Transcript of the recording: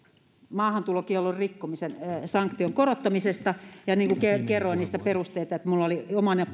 maahantulokiellon rikkomisen sanktion korottamisesta ja kerroin niistä perusteita minulla oli